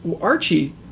Archie